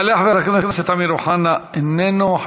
יעלה חבר הכנסת אמיר אוחנה, איננו.